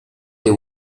they